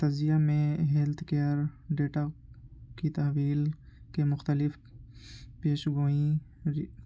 تجزیے میں health care data کی تحویل کے مختلف پیش گوئی